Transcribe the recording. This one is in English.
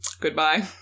Goodbye